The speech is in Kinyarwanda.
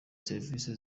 serivise